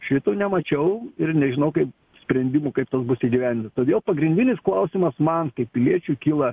šito nemačiau ir nežinau kaip sprendimų kaip tas bus įgyvendinta todėl pagrindinis klausimas man kaip piliečiui kyla